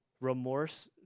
remorse